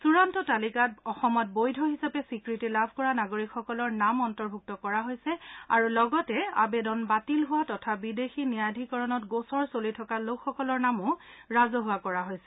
চূড়ান্ত তালিকাত অসমত বৈধ হিচাপে স্বীকৃতি লাভ কৰা নাগৰিকসকলৰ নাম অন্তৰ্ভূক্ত কৰা হৈছে আৰু লগতে আবেদন বাতিল হোৱা তথা বিদেশী ন্যায়াধীকৰণত গোচৰ চলি থকা লোকসকলৰ নামো ৰাজহুৱা কৰা হৈছে